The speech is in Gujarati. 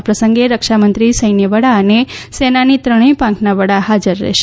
આ પ્રસંગે રક્ષામંત્રી સૈન્ય વડા અને સેનાની ત્રણેય પાંખના વડા હાજર રહેશે